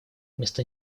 вместо